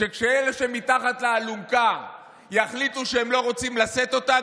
שכשאלה שמתחת לאלונקה יחליטו שהם לא רוצים לשאת אותה,